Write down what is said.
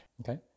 Okay